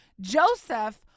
Joseph